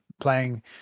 playing